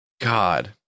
God